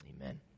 amen